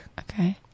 Okay